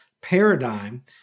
paradigm